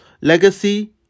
legacy